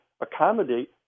accommodate